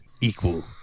equal